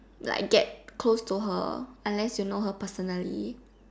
like get close to her unless you know her personally